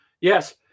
yes